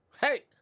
Hey